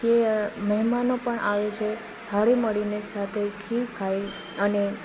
તે મહેમાનો પણ આવે છે હળીમળીને સાથે ખીર ખાય અને